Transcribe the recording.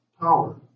power